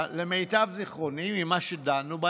למיטב זיכרוני ממה שדנו,